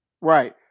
right